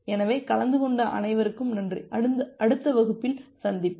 எனவே கலந்து கொண்ட அனைவருக்கும் நன்றி அடுத்த வகுப்பில் சந்திப்போம்